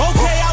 Okay